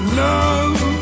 love